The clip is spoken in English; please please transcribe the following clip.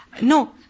No